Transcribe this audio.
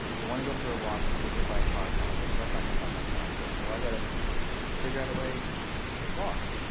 but want to go for a walk, i'm gonna get hit by a car probably. so that's not going to help my process. so i've got to figure out a way to walk,